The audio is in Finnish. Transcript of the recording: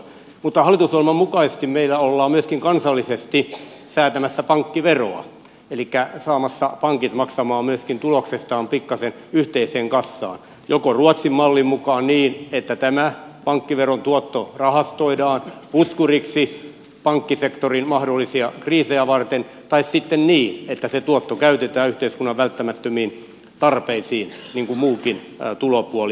mutta hallitusohjelman mukaisesti meillä ollaan myöskin kansallisesti säätämässä pankkiveroa elikkä saamassa pankit maksamaan myöskin tuloksestaan pikkasen yhteiseen kassaan joko ruotsin mallin mukaan niin että tämä pankkiveron tuotto rahastoidaan puskuriksi pankkisektorin mahdollisia kriisejä varten tai sitten niin että se tuotto käytetään yhteiskunnan välttämättömiin tarpeisiin niin kuin muukin tulopuoli